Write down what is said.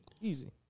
Easy